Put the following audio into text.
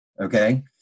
okay